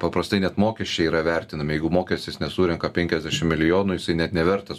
paprastai net mokesčiai yra vertinami jeigu mokestis nesurenka penkiasdešim milijonų jisai net nevertas